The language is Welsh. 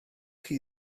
chi